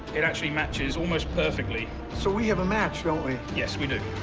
it actually matches almost perfectly. so we have a match, don't we? yes, we do.